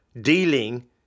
dealing